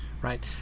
right